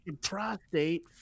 prostate